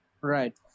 Right